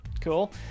Cool